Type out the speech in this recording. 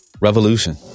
revolution